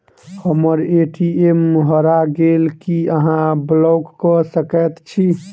हम्मर ए.टी.एम हरा गेल की अहाँ ब्लॉक कऽ सकैत छी?